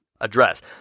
address